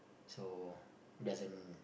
so doesn't